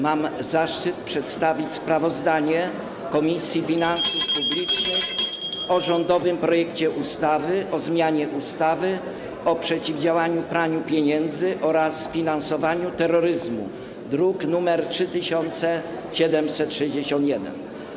Mam zaszczyt przedstawić sprawozdanie Komisji Finansów Publicznych [[Gwar na sali, dzwonek]] o rządowym projekcie ustawy o zmianie ustawy o przeciwdziałaniu praniu pieniędzy oraz finansowaniu terroryzmu, druk nr 3761.